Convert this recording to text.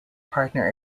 partner